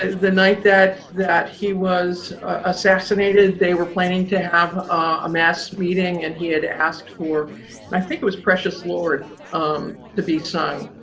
ah the night that that he was assassinated they were planning to have a mass meeting, and he had asked for and i think it was precious lord to be sung.